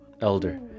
elder